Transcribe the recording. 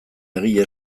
egile